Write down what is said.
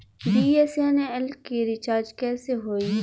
BSNL के recharge कैसे होयी?